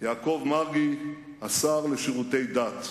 יעקב מרגי, השר לשירותי דת,